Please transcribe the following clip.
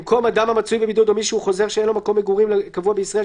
במקום "אדם המצוי או מי שהוא חוזר שאין לו מקום מגורים קבוע בישראל,